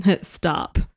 stop